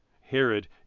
Herod